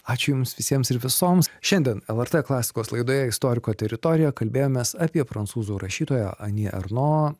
ačiū jums visiems ir visoms šiandien lrt klasikos laidoje istoriko teritorija kalbėjomės apie prancūzų rašytoją ani erno